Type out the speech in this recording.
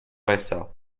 rsa